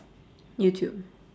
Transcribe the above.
youtube